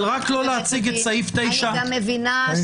אבל רק לא להציג את סעיף 9 --- אני מדברת על החיים.